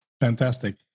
fantastic